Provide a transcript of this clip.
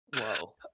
Whoa